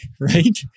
Right